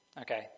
okay